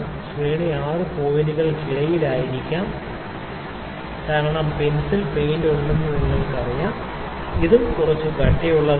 അതിനാൽ ശ്രേണി ആറ് പോയിന്റുകൾക്കിടയിലായിരിക്കാം കാരണം പെൻസിലിൽ പെയിന്റും ഉണ്ടെന്ന് നിങ്ങൾക്കറിയാം ഇതും കുറച്ച് കട്ടിയുള്ളതാണ്